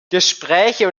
gespräche